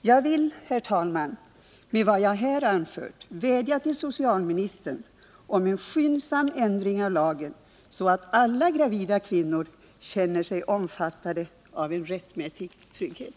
Jag vill, herr talman, med vad jag här anfört vädja till socialministern om en skyndsam ändring av lagen, så att alla gravida kvinnor känner sig omfattade av rättmätig trygghet.